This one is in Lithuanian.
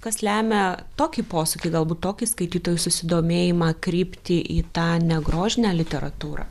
kas lemia tokį posūkį galbūt tokį skaitytojų susidomėjimą kryptį į tą negrožinę literatūrą